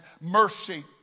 mercy